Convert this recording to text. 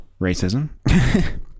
racism